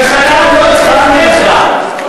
וחכה, עוד לא התחלנו בכלל.